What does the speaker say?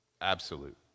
Absolute